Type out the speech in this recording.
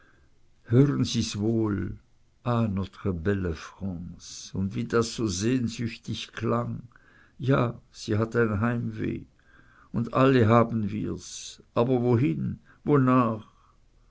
hörten sie's wohl ah notre belle france wie das so sehnsüchtig klang ja sie hat ein heimweh und alle haben wir's aber wohin wonach